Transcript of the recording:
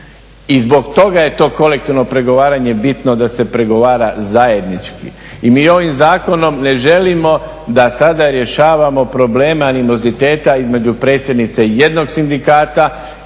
I zbog toga je to kolektivno pregovaranje bitno da se pregovara zajednički. I mi ovim zakonom ne želimo da sada rješavamo probleme animoziteta između predsjednice jednog sindikata